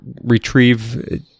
retrieve